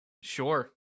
sure